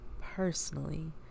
personally